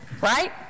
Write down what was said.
Right